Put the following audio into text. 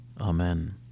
Amen